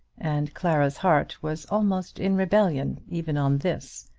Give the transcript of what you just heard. and clara's heart was almost in rebellion even on this,